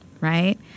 right